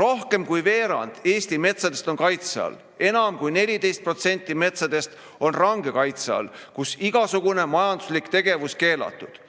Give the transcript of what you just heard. Rohkem kui veerand Eesti metsadest on kaitse all, enam kui 14% metsadest on range kaitse all, kus igasugune majanduslik tegevus on keelatud.